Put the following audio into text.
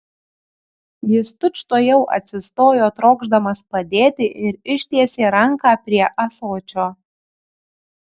jis tučtuojau atsistojo trokšdamas padėti ir ištiesė ranką prie ąsočio